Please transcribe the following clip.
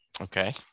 Okay